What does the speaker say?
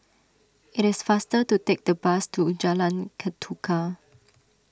it is faster to take the bus to Jalan Ketuka